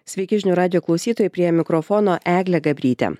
sveiki žinių radijo klausytojai prie mikrofono eglė gabrytė